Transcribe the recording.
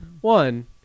One